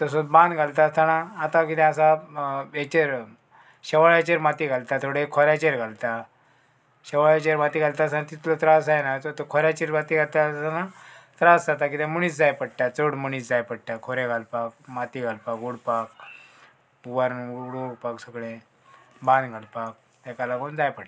तसोत बांद घालता आसतना आतां कितें आसा हेचेर शेवळ्याचेर माती घालता थोडे खोऱ्याचेर घालता शेवळ्याचेर माती घालता आसतना तितलो त्रास जायना सो तो खोऱ्याचेर माती घालता आसतना त्रास जाता किद्याक मुणीस जाय पडटा चड मुणीस जाय पडटा खोरें घालपाक माती घालपाक उडपाक पुवान उडोवपाक सगळें बांद घालपाक हेका लागून जाय पडटाव